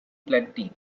planting